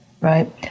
right